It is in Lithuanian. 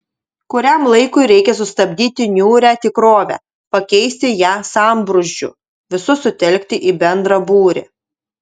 kuriam laikui reikia sustabdyti niūrią tikrovę pakeisti ją sambrūzdžiu visus sutelkti į bendrą būrį